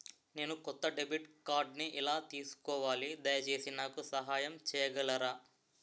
నేను కొత్త డెబిట్ కార్డ్ని ఎలా తీసుకోవాలి, దయచేసి నాకు సహాయం చేయగలరా?